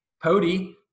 Pody